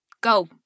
Go